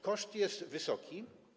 Koszt jest wysoki.